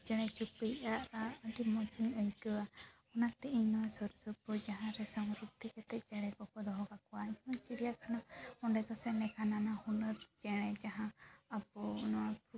ᱪᱮᱬᱮ ᱪᱩᱯᱲᱤᱣᱟᱜ ᱨᱟᱜ ᱟᱹᱰᱤ ᱢᱚᱡᱽ ᱤᱧ ᱟᱹᱭᱠᱟᱹᱣᱟ ᱚᱱᱟ ᱛᱮ ᱤᱧ ᱱᱚᱣᱟ ᱥᱩᱨ ᱥᱩᱯᱩᱨ ᱡᱟᱦᱟᱸ ᱨᱮ ᱥᱚᱢ ᱨᱩᱫᱽᱫᱷᱤ ᱠᱟᱛᱮ ᱪᱮᱬᱮ ᱠᱚᱠᱚ ᱫᱚᱦᱚ ᱠᱟᱠᱚᱣᱟ ᱡᱮᱢᱚᱱ ᱪᱤᱲᱤᱭᱟᱠᱷᱟᱱᱟ ᱚᱸᱰᱮ ᱫᱚ ᱥᱮᱱ ᱞᱮᱱᱠᱷᱟᱱ ᱱᱟᱱᱟ ᱦᱩᱱᱟᱹᱨ ᱪᱮᱬᱮ ᱡᱟᱦᱟᱸ ᱟᱵᱚ ᱱᱚᱣᱟ